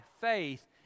faith